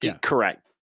Correct